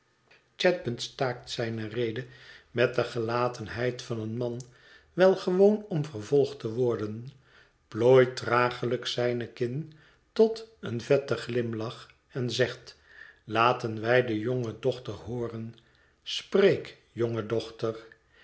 chadband staakt zijne rede met de gelatenheid van een man wel gewoon om vervolgd te worden plooit traaglijk zijne kin tot een vetten glimlach en zegt laten wij de jonge dochter hooren spreek jonge dochter